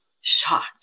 shocked